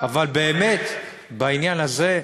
אבל באמת, בעניין הזה,